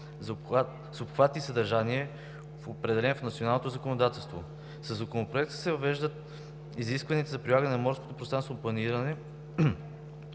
с обхват и съдържание, определен в националното законодателство. Със Законопроекта се въвежда изискването за прилагане на морско пространствено планиране